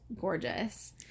gorgeous